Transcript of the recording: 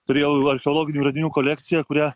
turėjau archeologinių radinių kolekciją kurią